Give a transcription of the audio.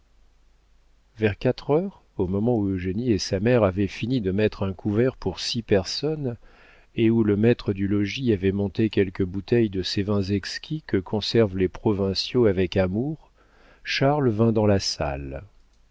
vers quatre heures au moment où eugénie et sa mère avaient fini de mettre un couvert pour six personnes et où le maître du logis avait monté quelques bouteilles de ces vins exquis que conservent les provinciaux avec amour charles vint dans la salle